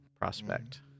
prospect